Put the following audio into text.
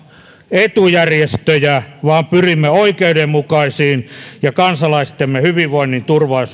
etujärjestöjä vaan pyrimme oikeudenmukaisiin ja kansalaistemme hyvinvoinnin